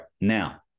Now